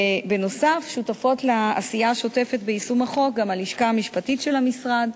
ובנוסף שותפות לעשייה השוטפת ביישום החוק גם הלשכה המשפטית של המשרד,